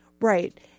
Right